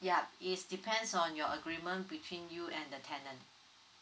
ya is depends on your agreement between you and the tenant